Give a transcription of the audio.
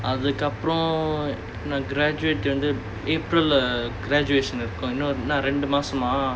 அதுக்கு அப்புறம் நான்:athukku appuram naan graduate வந்து:vanthu april uh graduation இருக்கும் இன்னும் என்ன ரெண்டு மாசமா:irukkum innum enna rendu maasamaa